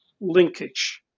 linkage